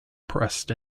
pressed